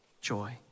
joy